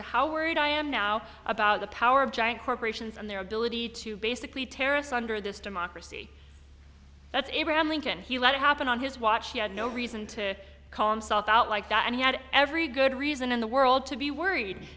to how worried i am now about the power of giant corporations and their ability to basically terrace under this democracy that's abraham lincoln he let it happen on his watch he had no reason to call himself out like that and he had every good reason in the world to be worried